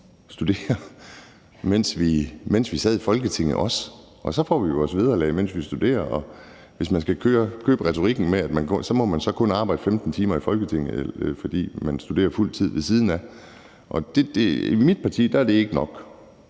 studere, mens vi sad i Folketinget. Vi får så vores vederlag, mens vi studerer, og hvis man skal købe retorikken, må man så kun arbejde 15 timer i Folketinget, fordi man studerer fuld tid ved siden af. I mit parti er det ikke nok,